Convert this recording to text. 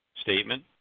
statement